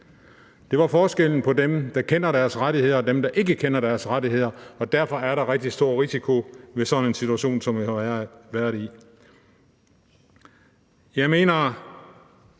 Det var forskellen på dem, der kender deres rettigheder, og dem, der ikke kender deres rettigheder. Derfor er der rigtig stor risiko ved sådan en situation, som vi har været i. Jeg mener,